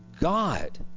God